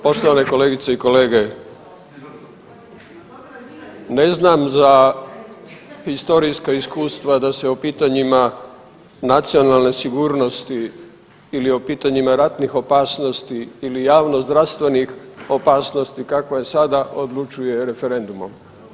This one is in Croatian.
Poštovane kolegice i kolege ne znam za historijska iskustva da se o pitanjima nacionalne sigurnosti ili o pitanjima ratnih opasnosti ili javnozdravstvenih opasnosti kakva je sada odlučuje referendumom.